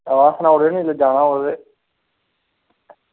हां सनाई ओड़ेओ ना जेल्लै जाना होग ते